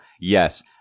yes